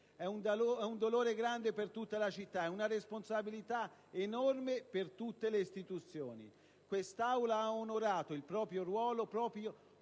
È un dolore grande per tutta la città, e una responsabilità enorme per tutte le istituzioni. Quest'Aula ha onorato il proprio ruolo, proprio